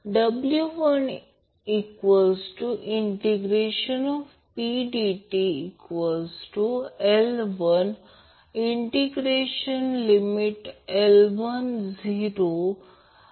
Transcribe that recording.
तर याचा अर्थ असा की जेव्हा कॉम्प्लेक्स ऍडमिटन्स रियल संख्या असते तेव्हा सर्किट रेझोनन्समध्ये असते याचा अर्थ हा एक एमॅजिनरी भाग हा आपण 0 वर सेट केला